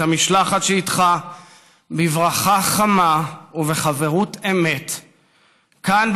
המשלחת שאיתך בברכה חמה ובחברות אמת כאן,